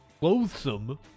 loathsome